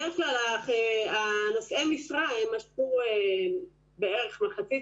בדרך כלל נושאי המשרה משכו בערך מחצית